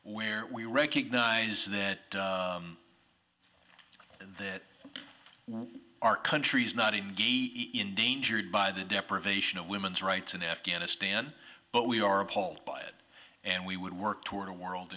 where we recognise and that was our country's not even endangered by the deprivation of women's rights in afghanistan but we are appalled by it and we would work toward a world